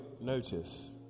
notice